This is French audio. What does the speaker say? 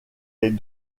les